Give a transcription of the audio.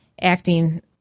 acting